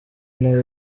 nayo